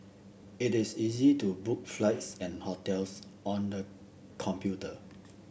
it is easy to book flights and hotels on the computer